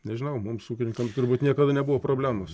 nežinau mums ūkininkam turbūt niekada nebuvo problemos